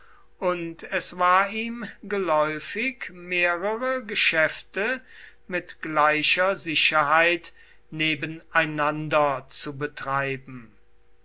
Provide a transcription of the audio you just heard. und es war ihm geläufig mehrere geschäfte mit gleicher sicherheit nebeneinander zu betreiben